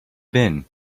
been